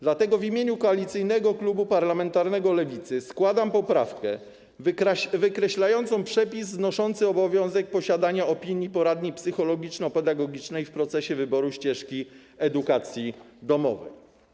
Dlatego w imieniu Koalicyjnego Klubu Parlamentarnego Lewicy składam poprawkę wykreślającą przepis znoszący obowiązek posiadania opinii poradni psychologiczno-pedagogicznej w procesie wyboru ścieżki edukacji domowej.